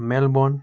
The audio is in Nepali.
मेलबर्न